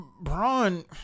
Braun